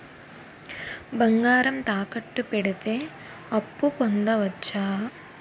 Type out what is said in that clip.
బంగారం తాకట్టు కి పెడితే అప్పు పొందవచ్చ?